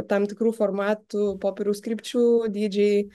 tam tikrų formatų popieriaus krypčių dydžiai